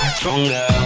stronger